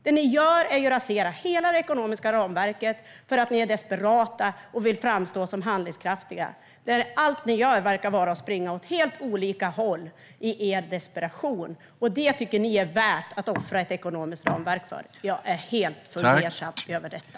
Det ni gör är att rasera hela det ekonomiska ramverket för att ni är desperata och vill framstå som handlingskraftiga. Men allt ni verkar göra är att springa åt helt olika håll i er desperation, och det tycker ni är värt att offra ett ekonomiskt ramverk för. Jag är helt fundersam över detta.